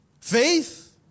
faith